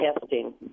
testing